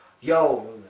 yo